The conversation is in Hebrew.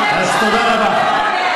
אז תודה רבה.